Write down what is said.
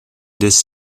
this